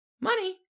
money